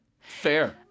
Fair